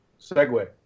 segue